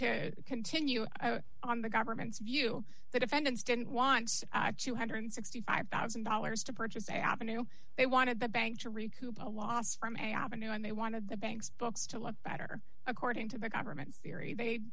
to continue on the government's view the defendants didn't want two hundred and sixty five thousand dollars to purchase the avenue they wanted the bank to recoup a loss from avenue and they wanted the bank's books to look better according to the government's theory they